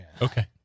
Okay